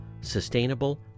sustainable